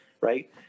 right